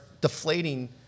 deflating